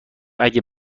اگه